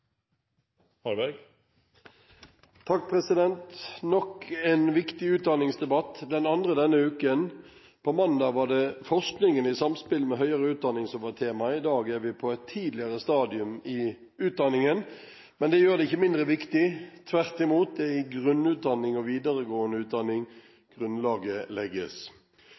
nok en viktig utdanningsdebatt – den andre denne uken. På mandag var det forskningen i samspill med høyere utdanning som var temaet. I dag er vi på et tidligere stadium i utdanningen, men det gjør det ikke mindre viktig – tvert imot. Det er i grunnutdanning og videregående utdanning grunnlaget legges.